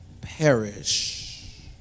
perish